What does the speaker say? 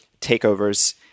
takeovers